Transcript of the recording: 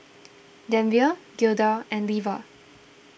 Denver Gilda and Leva